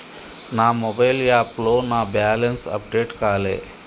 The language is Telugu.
నా మొబైల్ యాప్లో నా బ్యాలెన్స్ అప్డేట్ కాలే